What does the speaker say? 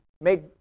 make